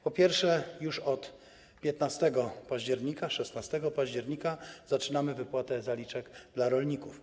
Po pierwsze, już od 15 października czy 16 października zaczynamy wypłatę zaliczek dla rolników.